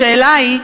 השאלה היא,